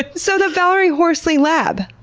but so, the valerie horsley lab?